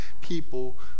people